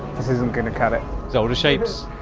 this isn't gonna cut it it's older shapes.